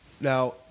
Now